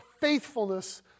faithfulness